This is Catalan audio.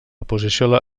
posició